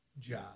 job